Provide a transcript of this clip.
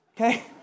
Okay